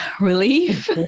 relief